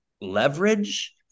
leverage